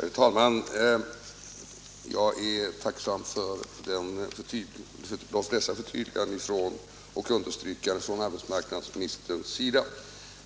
Herr talman! Jag är tacksam för de flesta förtydligandena och understrykandena som arbetsmarknadsministern gjort.